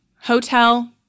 hotel